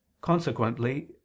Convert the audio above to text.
Consequently